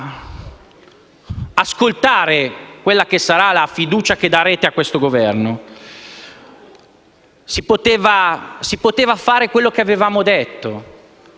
ascoltare la fiducia che darete a questo Governo. Si poteva fare quello che avevamo detto: